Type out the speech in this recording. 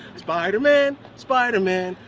spiderman, spiderman,